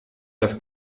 das